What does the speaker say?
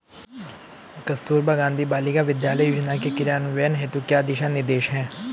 कस्तूरबा गांधी बालिका विद्यालय योजना के क्रियान्वयन हेतु क्या दिशा निर्देश हैं?